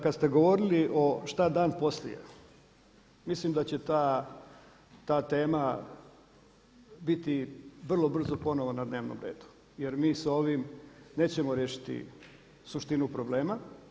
Kada ste govorili o šta dan poslije mislim da će ta tema biti vrlo brzo ponovno na dnevnom redu jer mi sa ovim nećemo riješiti suštinu problema.